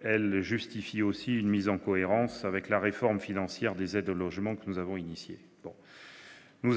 elle doit être mise en cohérence avec la réforme financière des aides au logement que nous avons engagée. Nous